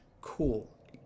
cool